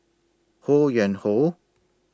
Ho Yuen Hoe